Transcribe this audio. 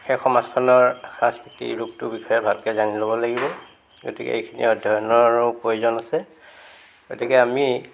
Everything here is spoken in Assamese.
সেই সমাজখনৰ সাংস্কৃতি ৰূপটোৰ বিষয়ে ভালকৈ জানি ল'ব লাগিব গতিকে এইখিনি অধ্য়য়নৰো প্ৰয়োজন আছে গতিকে আমি